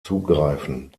zugreifen